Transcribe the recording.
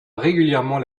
régulièrement